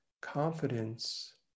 confidence